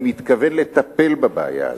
אני מתכוון לטפל בבעיה הזאת.